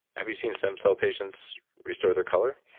have you seen stem cell patients restore their color?